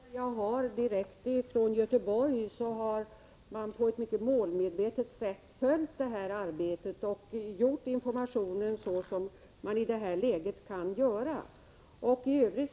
Herr talman! Enligt de informationer som jag har fått direkt från Göteborg har man på ett mycket målmedvetet sätt följt arbetet och utformat informationen på det vis som man i detta läge har möjligheter till.